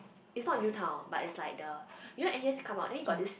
it's not U-Town but it's like the you know N_U_S come out then you got this